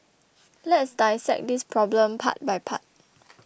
let's dissect this problem part by part